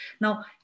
now